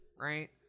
right